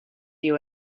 you